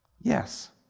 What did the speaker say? Yes